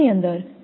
18 છે